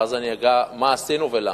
ואז אגע במה שעשינו ולמה.